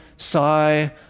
sigh